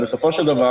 בסופו של דבר,